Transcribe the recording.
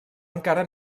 encara